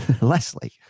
Leslie